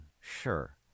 sure